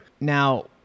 now